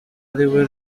ariwe